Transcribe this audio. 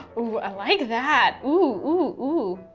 ooh, i like that. ooh, ooh,